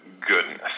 goodness